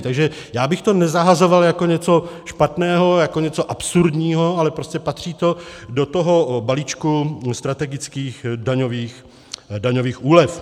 Takže já bych to nezahazoval jako něco špatného, jako něco absurdního, ale prostě patří to do toho balíčku strategických daňových úlev.